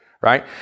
right